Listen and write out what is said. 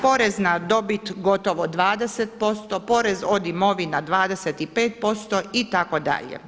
Porez na dobit gotovo 20%, porez od imovina 25% itd.